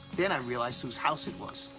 then i realized whose house it was.